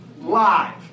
live